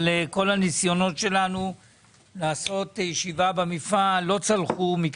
אבל כל הניסיונות שלנו לעשות ישיבה במפעל לא צלחו.